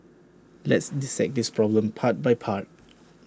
let's dissect this problem part by part